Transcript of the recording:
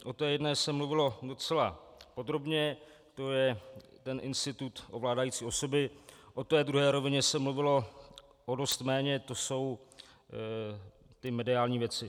O té jedné se mluvilo docela podrobně, to je institut ovládající osoby, o té druhé rovině se mluvilo o dost méně, to jsou ty mediální věci.